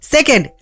Second